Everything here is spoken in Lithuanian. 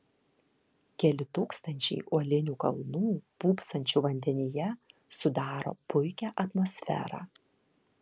keli tūkstančiai uolinių kalnų pūpsančių vandenyje sudaro puikią atmosferą